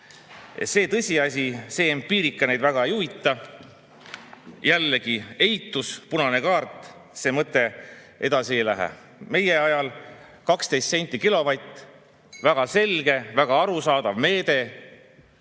See tõsiasi, see empiiria neid väga ei huvita. Jälle eitus, punane kaart, see mõte edasi ei lähe. Meie ajal 12 senti kilovatt – väga selge, väga arusaadav meede.